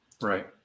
right